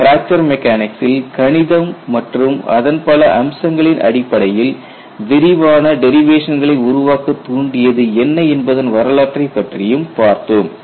fracture மெக்கானிக்சில் கணிதம் மற்றும் அதன் பல அம்சங்களின் அடிப்படையில் விரிவான டெரிவேஷன்களை உருவாக்கத் தூண்டியது என்ன என்பதன் வரலாற்றைப் பற்றி பார்த்தோம்